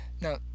now